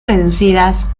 reducidas